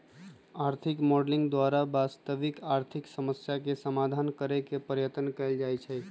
आर्थिक मॉडलिंग द्वारा वास्तविक आर्थिक समस्याके समाधान करेके पर्यतन कएल जाए छै